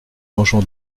mangeons